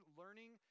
learning